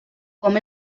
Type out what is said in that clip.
com